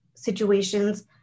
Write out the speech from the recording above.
Situations